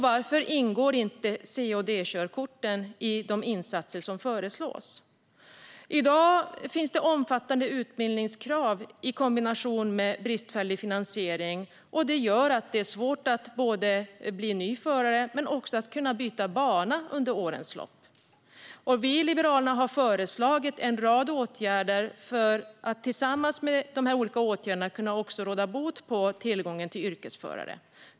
Varför ingår inte C och Dkörkorten i de insatser som föreslås? I dag finns omfattande utbildningskrav, och i kombination med bristfällig finansiering blir det svårt både att bli ny förare och att under årens lopp byta bana. Vi i Liberalerna har föreslagit en rad åtgärder som tillsammans med dessa olika förslag skulle kunna råda bot på tillgången till yrkesförare.